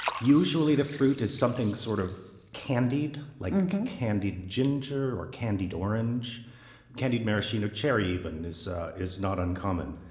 usually the fruit is something sort of candied, like candied ginger or candied orange candied maraschino cherry even is is not uncommon.